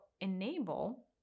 enable